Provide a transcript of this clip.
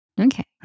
Okay